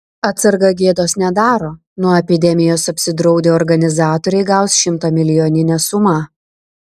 atsarga gėdos nedaro nuo epidemijos apsidraudę organizatoriai gaus šimtamilijoninę sumą